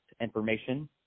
information